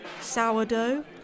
Sourdough